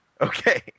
Okay